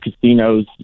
casinos